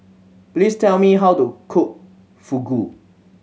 please tell me how to cook Fugu